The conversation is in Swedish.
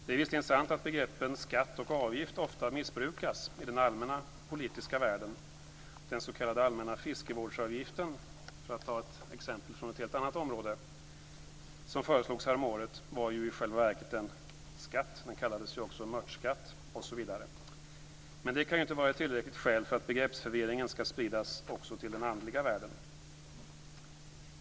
Det är visserligen sant att begreppen skatt och avgift ofta missbrukas i den allmänna politiska världen - den s.k. allmänna fiskevårdsavgiften, för att ta ett exempel från ett helt annat område, som föreslogs häromåret var i själva verket en skatt, som också kallades "mörtskatt" - men det kan ju inte vara ett tillräckligt skäl för att begreppsförvirringen skall spridas också till den andliga världen.